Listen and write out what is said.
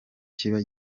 kiba